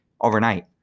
overnight